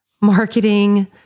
marketing